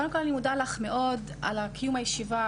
קודם כל, אני מודה לך מאוד על קיום הישיבה.